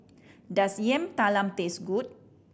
does Yam Talam taste good